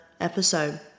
episode